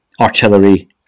artillery